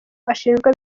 ashinjwa